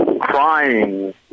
crying